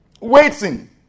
Waiting